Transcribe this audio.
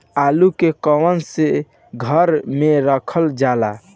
आलू के कवन से घर मे रखल जाला?